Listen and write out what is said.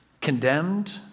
condemned